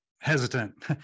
hesitant